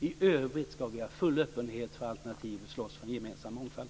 I övrigt ska vi ha full öppenhet för alternativ och slåss för gemensam mångfald.